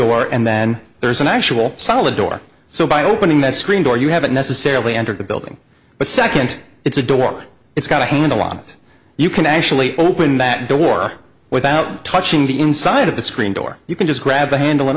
door and then there's an actual solid door so by opening that screen door you haven't necessarily entered the building but second it's a door it's got a handle on it you can actually open that door without touching the inside of the screen door you can just grab the handl